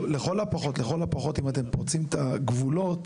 לכל הפחות אם אתם חוצים את הגבולות,